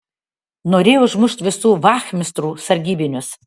norėjo užmušt visų vachmistrų sargybinius